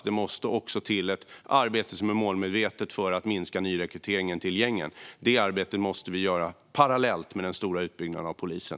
Det måste också till ett målmedvetet arbete för att minska nyrekryteringen till gängen, och detta arbete måste göras parallellt med den stora utbyggnaden av polisen.